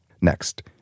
Next